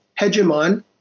hegemon